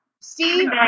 Steve